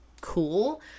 cool